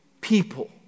people